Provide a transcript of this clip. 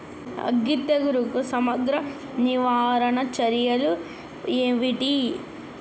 అగ్గి తెగులుకు సమగ్ర నివారణ చర్యలు ఏంటివి?